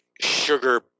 sugar